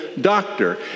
doctor